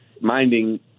minding